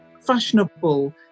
fashionable